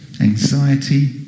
anxiety